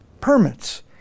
permits